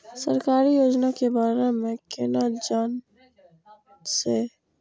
सरकारी योजना के बारे में केना जान से?